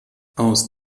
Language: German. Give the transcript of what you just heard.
aus